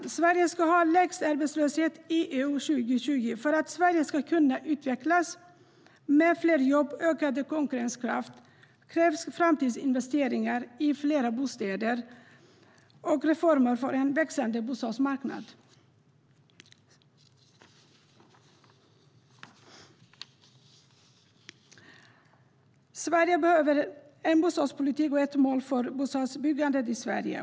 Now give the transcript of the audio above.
Sverige ska ha lägst arbetslöshet i EU 2020. För att Sverige ska kunna utvecklas med fler jobb och ökad konkurrenskraft krävs framtidsinvesteringar i fler bostäder och reformer för en växande bostadsmarknad. Sverige behöver en bostadspolitik och ett mål för bostadsbyggandet.